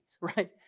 right